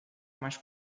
mais